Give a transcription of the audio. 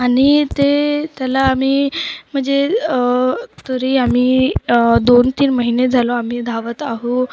आणि ते त्याला आम्ही म्हणजे तरी आम्ही दोन तीन महिने झालो आम्ही धावत आहो